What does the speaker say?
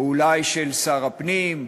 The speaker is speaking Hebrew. או אולי של שר הפנים,